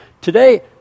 Today